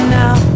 now